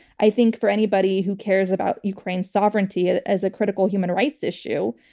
i think for anybody who cares about ukraine's sovereignty as a critical human rights issue,